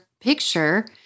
picture